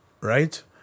right